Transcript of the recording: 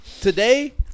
Today